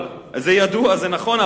זה נכון.